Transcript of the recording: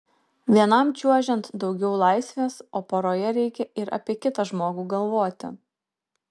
vienam čiuožiant daugiau laisvės o poroje reikia ir apie kitą žmogų galvoti